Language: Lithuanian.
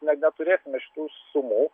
ne neturėsime šitų sumų